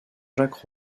jacques